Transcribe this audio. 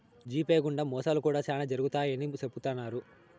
GPay గుండా మోసాలు కూడా శ్యానా జరుగుతాయని చెబుతున్నారు